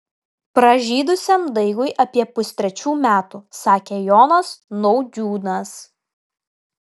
pražydusiam daigui apie pustrečių metų sakė jonas naudžiūnas